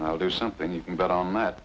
i'll do something you can bet on that